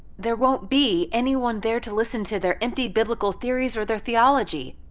there won't be anyone there to listen to their empty biblical theories, or their theology.